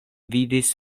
vidis